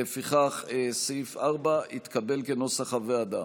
לפיכך סעיף 4 התקבל כנוסח הוועדה.